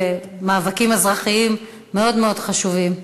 מאבקים אזרחיים מאוד מאוד חשובים.